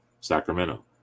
Sacramento